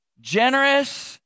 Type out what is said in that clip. generous